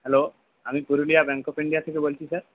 hello আমি Purulia bank of India থেকে বলছি স্যার